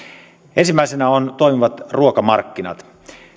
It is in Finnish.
ensimmäisenä ovat toimivat ruokamarkkinat